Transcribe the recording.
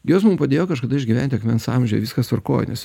jos mum padėjo kažkada išgyventi akmens amžiuje viskas tvarkoj nes